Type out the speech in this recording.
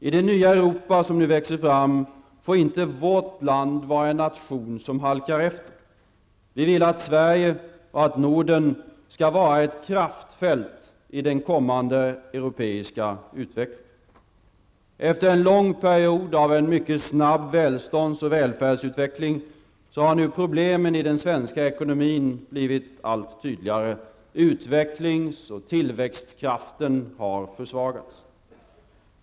I det nya Europa som nu växer fram får inte vårt land vara en nation som halkar efter. Vi vill att Sverige och Norden skall vara ett kraftfält i den kommande europeiska utvecklingen. Efter en lång period av en mycket snabb välståndsoch välfärdsutveckling har problemen i den svenska ekonomin nu blivit allt tydligare. Utvecklings och tillväxtkraften har försvagats.